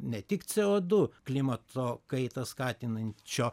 ne tik c o du klimato kaitą skatinančio